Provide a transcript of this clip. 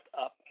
up